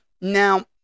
Now